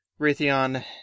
Raytheon